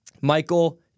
Michael